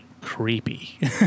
creepy